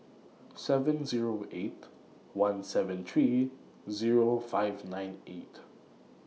seven Zero eight one seven three Zero five nine eight